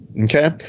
okay